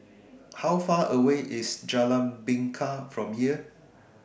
How Far away IS Jalan Bingka from here